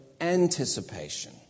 anticipation